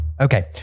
Okay